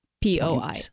P-O-I